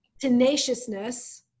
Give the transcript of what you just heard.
tenaciousness